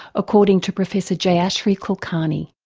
according to professor jayashri kulkarni.